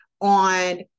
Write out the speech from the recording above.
on